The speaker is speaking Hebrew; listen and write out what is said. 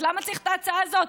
אז למה צריך את ההצעה הזאת?